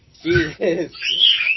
Jesus